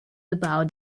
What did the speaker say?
about